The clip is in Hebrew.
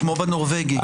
כמו בנורבגי.